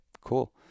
cool